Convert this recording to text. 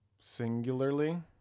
singularly